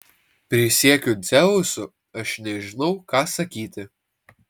prisiekiu dzeusu aš nežinau ką sakyti